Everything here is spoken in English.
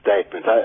statement